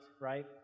right